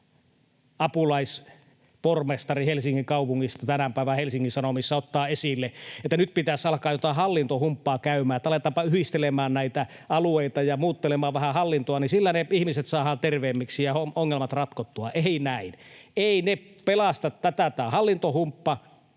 apulaispormestari Helsingin kaupungista tämän päivän Helsingin Sanomissa, ottavat esille, että nyt pitäisi alkaa jotain hallintohumppaa käymään, että aletaanpa yhdistelemään näitä alueita ja muuttelemaan vähän hallintoa, niin sillä ne ihmiset saadaan terveemmiksi ja ongelmat ratkottua. Ei näin. Ei tämä hallintohumppa